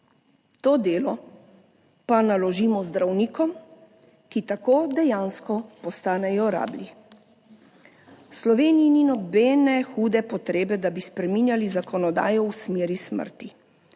To delo pa naložimo zdravnikom, ki tako dejansko postanejo rablji. V Sloveniji ni nobene hude potrebe, da bi spreminjali zakonodajo v smeri smrti.